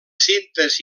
cintes